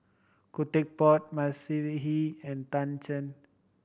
Khoo Teck Puat Mavis Hee and Tan Shen